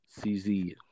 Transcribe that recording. CZ